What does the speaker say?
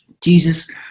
Jesus